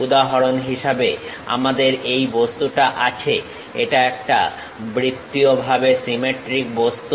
উদাহরণ হিসেবে আমাদের এই বস্তুটা আছে এটা একটা বৃত্তীয়ভাবে সিমেট্রিক বস্তু